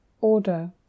order